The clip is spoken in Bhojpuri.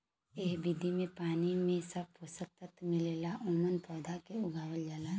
एह विधि में पानी में सब पोषक तत्व मिला के ओमन पौधा के उगावल जाला